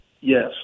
Yes